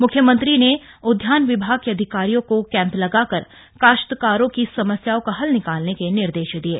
मुख्यमंत्री ने उदयान विभाग के अधिकारियों को कैम्प लगाकर काश्तकारों की समस्याओं का हल निकालने के निर्देश दिये